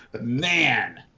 man